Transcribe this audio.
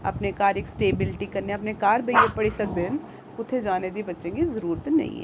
अपने घर इक स्टेबिलिटी कन्नै अपने घर बेहियै पढ़ी सकदे न उत्थै जाने दी बच्चें गी जरूरत नेईं ऐ